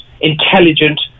intelligent